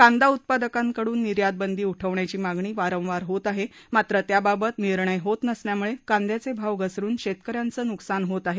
कांदा उत्पादकांकडून निर्यातबंदी उठवण्याची मागणी वारंवार होत आहे मात्र त्याबाबत निर्णय होत नसल्यामुळे कांद्याचे भाव घसरुन शेतक यांचं नुकसान होत आहे